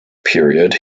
period